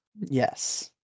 yes